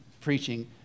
preaching